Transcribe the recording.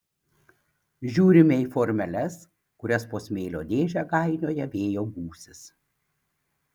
žiūrime į formeles kurias po smėlio dėžę gainioja vėjo gūsis